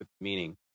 meaning